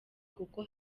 kuko